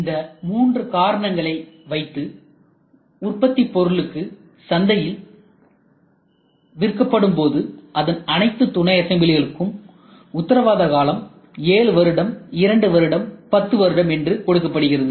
இந்த மூன்று காரணங்களை வைத்து உற்பத்திப் பொருளுக்கு சந்தையில் விற்கப்படும் போது அதன் அனைத்து துணைஅசம்பிளிகளுக்கும் உத்தரவாத காலம் ஏழு வருடம் இரண்டு வருடம் 10 வருடம் என்று கொடுக்கப்படுகிறது